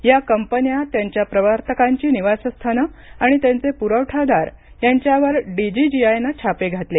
या कंपन्या त्यांच्या प्रवर्तकांची निवासस्थानं आणि त्यांचे पुरवठादार यांच्यावर डीजीजीआयनं छापे घातले